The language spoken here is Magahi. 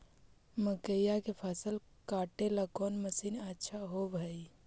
मकइया के फसल काटेला कौन मशीन अच्छा होव हई?